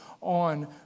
on